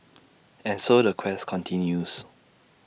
and so the quest continues